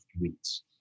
weeks